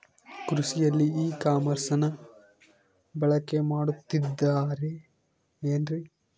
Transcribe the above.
ಕೃಷಿಯಲ್ಲಿ ಇ ಕಾಮರ್ಸನ್ನ ಬಳಕೆ ಮಾಡುತ್ತಿದ್ದಾರೆ ಏನ್ರಿ?